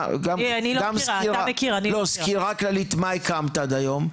גם סקירה כללית מה הקמת עד היום,